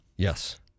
yes